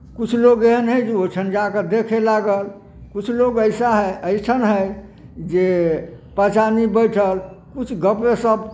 किछु लोक एहन हइ जे ओहिठुन जा कऽ देखय लागल किछु लोक ऐसा है अइसन हइ जे पॉँच आदमी बैठल किछु गप्पे सप्प